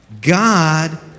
God